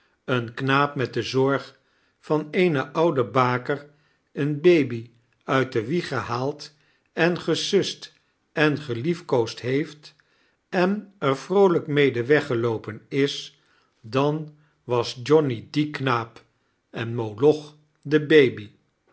een knaap met de zorg van eene oude baker een baby uit de wieg gehaald en gesust en geliefkoosd heeft en er vroolijk mede weggeloopen is dan was johnny die knaap en moloch de baby